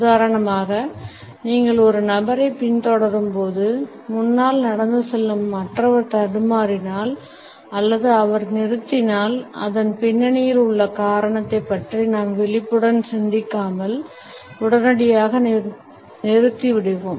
உதாரணமாக நீங்கள் ஒரு நபரைப் பின்தொடரும் போது முன்னால் நடந்து செல்லும் மற்றவர் தடுமாறினால் அல்லது அவர் நிறுத்தினால் அதன் பின்னணியில் உள்ள காரணத்தைப் பற்றி நாம் விழிப்புடன் சிந்திக்காமல் உடனடியாக நிறுத்திவிடுவோம்